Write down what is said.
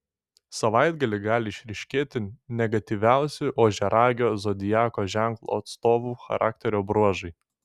savaitgalį gali išryškėti negatyviausi ožiaragio zodiako ženklo atstovų charakterio bruožai